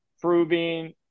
proving